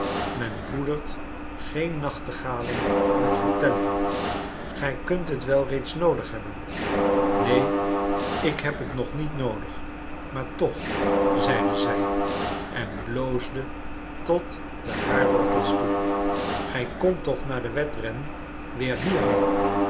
men voedert geen nachtegalen met vertellingen gij kunt het wel reeds noodig hebben neen ik heb het nog niet noodig maar toch zeide zij en bloosde tot de haarwortels toe gij komt toch na den wedren weer hierheen